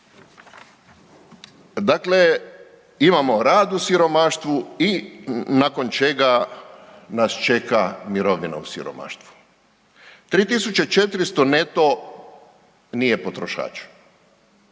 Dakle, imamo rad u siromaštvu i nakon čega nas čeka mirovina u siromaštvu. 3.400 neto nije potrošač,